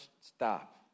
stop